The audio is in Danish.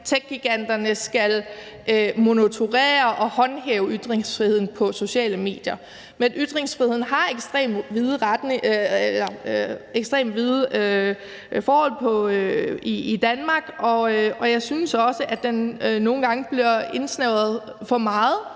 techgiganterne skal monitorere og håndhæve ytringsfriheden på sociale medier. Men ytringsfriheden har ekstremt vide rammer i Danmark, og jeg synes også, at den nogle gange bliver indsnævret for meget